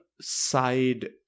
side